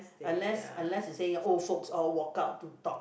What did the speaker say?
unless unless you say old folks all walk out to talk